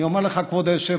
אני אומר לך, כבוד היושב-ראש,